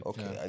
Okay